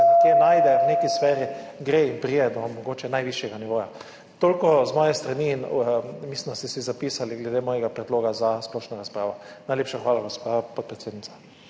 nekje najdejo, v neki sferi, gredo in pridejo do mogoče najvišjega nivoja. Toliko z moje strani. Mislim, da ste si zapisali moj predlog za splošno razpravo. Najlepša hvala, gospa podpredsednica.